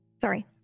sorry